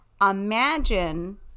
imagine